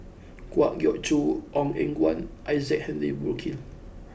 Kwa Geok Choo Ong Eng Guan and Isaac Henry Burkill